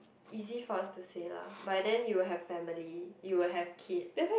easy for us to say lah by then you will have family you will have kids